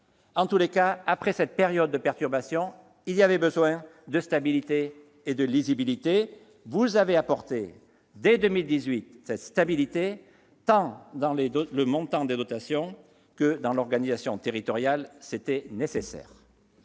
mesures étaient nécessaires, d'autres non -, il y avait besoin de stabilité et de lisibilité. Vous avez apporté dès 2018 cette stabilité, tant dans le montant des dotations que dans l'organisation territoriale. C'était nécessaire.